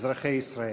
אזרחי ישראל,